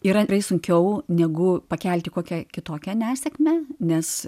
yra sunkiau negu pakelti kokią kitokią nesėkmę nes